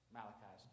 Malachi